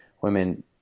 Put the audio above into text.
women